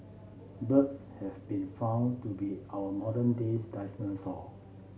birds have been found to be our modern days dinosaur